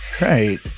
right